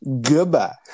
Goodbye